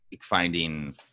finding